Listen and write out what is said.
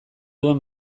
duen